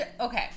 Okay